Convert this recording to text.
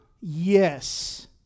Yes